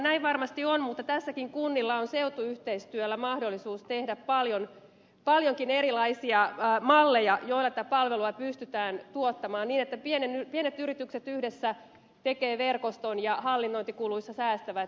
näin varmasti on mutta tässäkin kunnilla on seutuyhteistyöllä mahdollisuus tehdä paljonkin erilaisia malleja joilla palveluita pystytään tuottamaan niin että pienet yritykset yhdessä tekevät verkoston ja hallinnointikuluissa säästävät